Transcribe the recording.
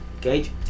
Gage